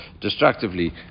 destructively